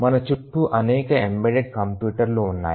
మన చుట్టూ అనేక ఎంబెడెడ్ కంప్యూటర్లు ఉన్నాయి